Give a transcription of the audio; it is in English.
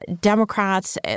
Democrats